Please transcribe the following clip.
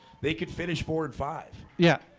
they could finish four and five yeah,